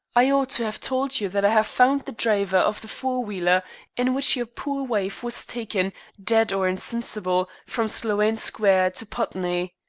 i ought to have told you that i have found the driver of the four-wheeler in which your poor wife was taken, dead or insensible, from sloane square to putney.